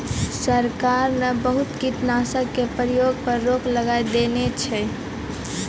सरकार न बहुत कीटनाशक के प्रयोग पर रोक लगाय देने छै